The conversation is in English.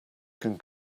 can